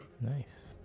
Nice